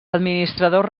administradors